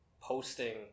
posting